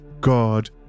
God